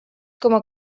coma